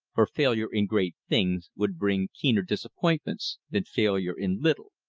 for failure in great things would bring keener disappointment than failure in little.